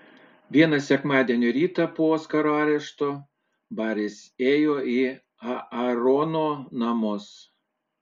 vieną sekmadienio rytą po oskaro arešto baris ėjo į aarono namus